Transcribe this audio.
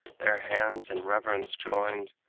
their hands in reverence joined,